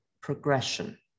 progression